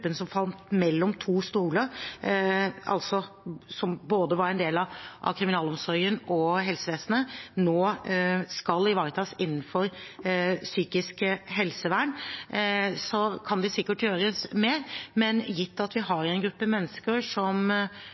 som falt mellom to stoler, som altså var en del av både kriminalomsorgen og helsevesenet, nå skal ivaretas innenfor psykisk helsevern. Det kan sikkert gjøres mer, men gitt at vi har en gruppe mennesker som